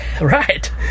Right